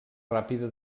ràpida